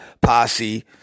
Posse